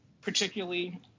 particularly